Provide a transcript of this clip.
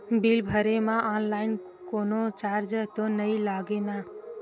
Bill भरे मा online कोनो चार्ज तो नई लागे ना?